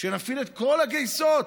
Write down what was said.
שנפעיל את כל הגייסות,